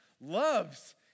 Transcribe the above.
loves